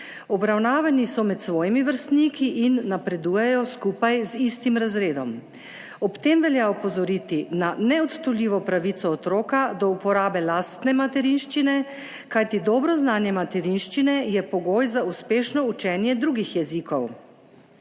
Obravnavani so med svojimi vrstniki in napredujejo skupaj z istim razredom. Ob tem velja opozoriti na neodtujljivo pravico otroka do uporabe lastne materinščine, kajti dobro znanje materinščine je pogoj za uspešno učenje drugih jezikov.